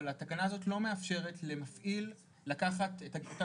אבל התקנה הזו לא מאפשרת למפעיל לקחת את אותה